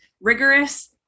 rigorous